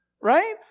right